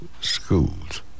schools